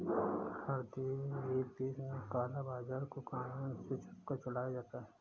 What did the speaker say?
हर एक देश में काला बाजार को कानून से छुपकर चलाया जाता है